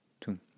two